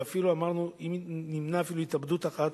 ואפילו אמרנו שאם נמנע התאבדות אחת,